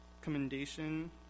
commendation